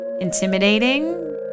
intimidating